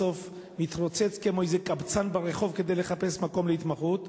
בסוף מתרוצץ כמו איזה קבצן ברחוב כדי לחפש מקום להתמחות.